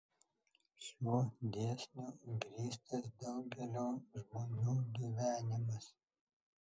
šiuo dėsniu grįstas daugelio žmonių gyvenimas